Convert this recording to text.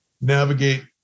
navigate